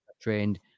trained